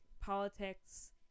politics